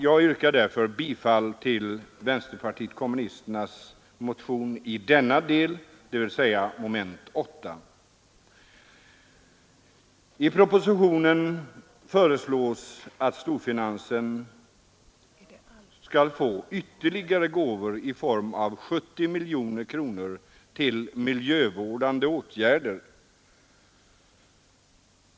Jag yrkar därför bifall till denna del av vänsterpartiet kommunisternas motion, dvs. mom. 8. I propositionen föreslås att storfinansen skall få ytterligare gåvor i form av 70 miljoner kronor till miljövårdande åtgärder.